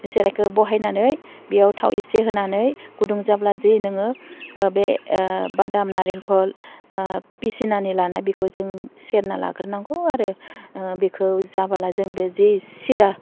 साराइखौ बहायनानै बेयाव थाव एसे होनानै गुदुं जाब्ला जि नोङो बे बादाम नारेंखल फिसिनानै लाना बिखौ जों सेरना लाग्रोनांगौ आरो बिखौ जाबोला जों जि सिरा